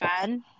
fun